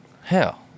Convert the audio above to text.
hell